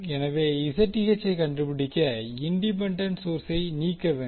எனவே Zth ஐ கண்டுபிடிக்க இண்டிபெண்டண்ட் சோர்ஸை நீக்க வேண்டும்